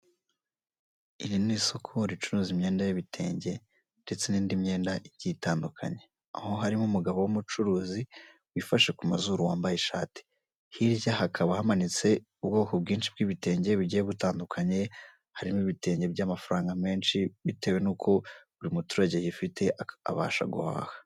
Iri ni isoko ricuruza imyenda y'ibitenge ndetse n'indi myenda igiye itandukanye aho harimo umugabo w'umucuruzi wifashe ku mazuru wambaye ishati, hirya hakaba hamanitse ubwoko bwinshi bw'ibitenge bugiye butandukanye, harimo ibitenge by'amafaranga menshi bitewe n'uko buri muturage yifite abasha guhaha.